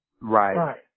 Right